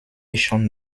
schon